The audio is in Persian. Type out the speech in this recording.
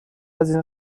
ازاین